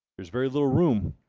there's very little room.